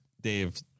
Dave